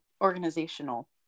organizational